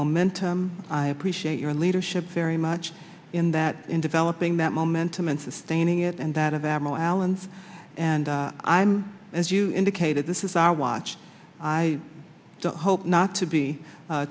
momentum i appreciate your leadership very much in that in developing that momentum and sustaining it and that of admiral allen's and i'm as you indicated this is our watch i don't hope not to be